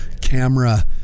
camera